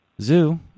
Zoo